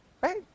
Right